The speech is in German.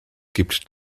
gibt